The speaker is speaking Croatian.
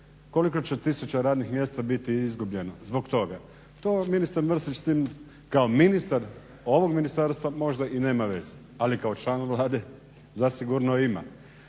Koliko će tisuća radnih mjesta biti izgubljeno zbog toga? To ministar Mrsić s tim kao ministar ovog ministarstva možda i nema veze, ali kao član Vlade zasigurno ima.